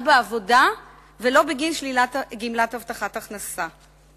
בעבודה ולא בגין שלילת גמלת הבטחת הכנסה.